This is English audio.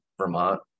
Vermont